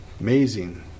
amazing